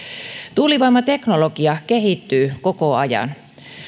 tuulivoimateknologia kehittyy koko ajan